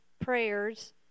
prayers